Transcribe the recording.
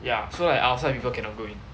ya so like outside people cannot go in